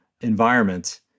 environment